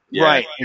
Right